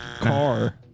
Car